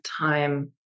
time